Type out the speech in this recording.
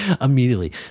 immediately